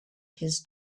his